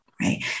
Right